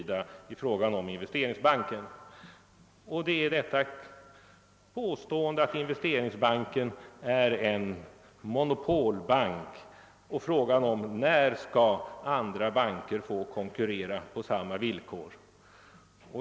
Det gäller investeringsbanken. Man påstår att investeringsbanken är en monopolbank och frågar: När skall andra banker få konkurrera på samma villkor?